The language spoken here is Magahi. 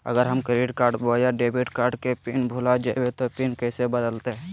अगर हम क्रेडिट बोया डेबिट कॉर्ड के पिन भूल जइबे तो पिन कैसे बदलते?